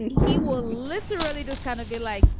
and he will literally just kind of be like,